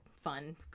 fun